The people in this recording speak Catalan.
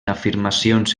afirmacions